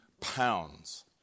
pounds